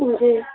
جی